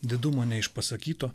didumo neišpasakyto